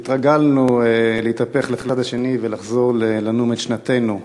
והתרגלנו להתהפך לצד השני ולחזור לנום את שנתנו.